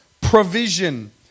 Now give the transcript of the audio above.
Provision